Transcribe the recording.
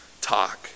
talk